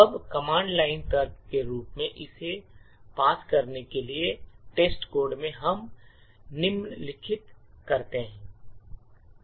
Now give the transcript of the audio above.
अब command line तर्क के रूप में इसे पास करने के लिए टेस्टकोड में हम निम्नलिखित करते हैं